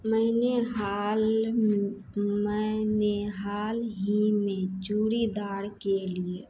मैंने हाल मैंने हाल ही में चूड़ीदार के लिए